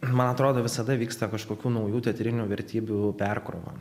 man atrodo visada vyksta kažkokių naujų teatrinių vertybių perkrova